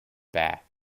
back